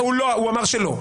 הוא אמר שלא.